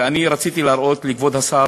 ואני רציתי להראות לכבוד השר